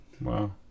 Wow